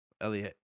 Elliot